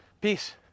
Peace